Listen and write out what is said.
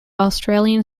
australian